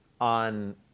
on